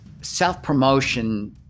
self-promotion